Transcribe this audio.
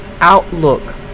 outlook